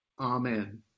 amen